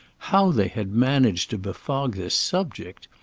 how they had managed to befog the subject!